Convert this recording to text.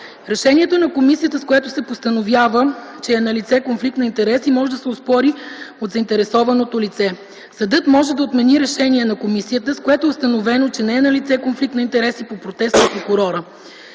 Решението на комисията, с което се постановява, че е налице конфликт на интереси, може да се оспори от заинтересованото лице. Съдът може да отмени решение на комисията, с което е установено, че не е налице конфликт на интереси по протест на прокурора.